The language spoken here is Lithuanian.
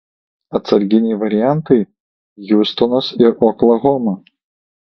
atsarginiai variantai hiūstonas ir oklahoma